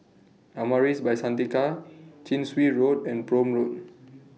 Amaris By Santika Chin Swee Road and Prome Road